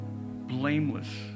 blameless